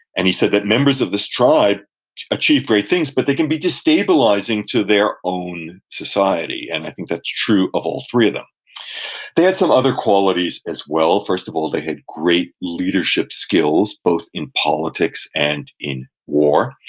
and he said that members of this tribe achieved great things, but they can be destabilizing to their own society, and i think that's true of all three of them they had some other qualities as well. first of all, they had great leadership skills, both in politics and in war.